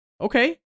Okay